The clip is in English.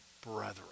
brethren